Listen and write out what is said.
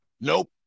Nope